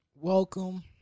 welcome